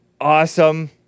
awesome